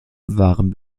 waren